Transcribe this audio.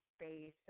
space